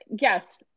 yes